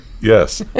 Yes